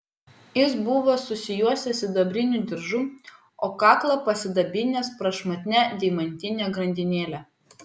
jis buvo susijuosęs sidabriniu diržu o kaklą pasidabinęs prašmatnia deimantine grandinėle